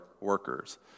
workers